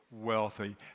wealthy